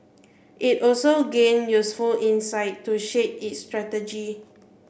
it also gained useful insights to shape its strategy